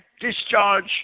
discharge